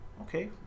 Okay